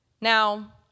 Now